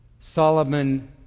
Solomon